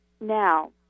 Now